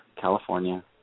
California